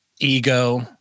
ego